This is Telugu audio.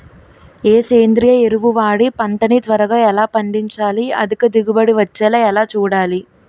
ఏ సేంద్రీయ ఎరువు వాడి పంట ని త్వరగా ఎలా పండించాలి? అధిక దిగుబడి వచ్చేలా ఎలా చూడాలి?